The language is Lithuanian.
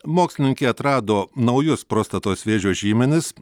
mokslininkai atrado naujus prostatos vėžio žymenis